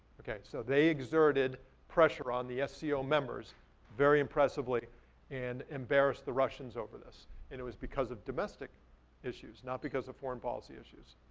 okay, so they exerted pressure on the sco members very impressively and embarrassed the russians over this. and it was because of domestic issues, not because of foreign policy issues.